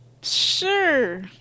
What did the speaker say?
sure